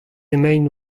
emaint